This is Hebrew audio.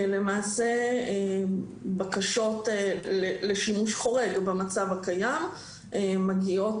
למעשה בקשות לשימוש חורג במצב הקיים מגיעות